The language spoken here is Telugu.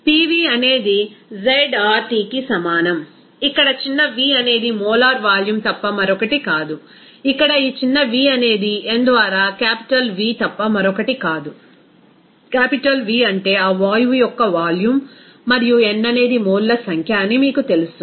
Pv అనేది zRTకి సమానం ఇక్కడ చిన్న v అనేది మోలార్ వాల్యూమ్ తప్ప మరొకటి కాదు ఇక్కడ ఈ చిన్న v అనేది n ద్వారా క్యాపిటల్ V తప్ప మరొకటి కాదు క్యాపిటల్ V అంటే ఆ వాయువు యొక్క వాల్యూమ్ మరియు n అనేది మోల్ల సంఖ్య అని మీకు తెలుసు